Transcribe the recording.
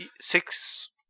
six